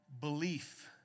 belief